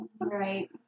Right